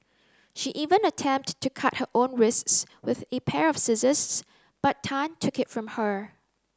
she even attempt to cut her own wrists with a pair of scissors but Tan took it from her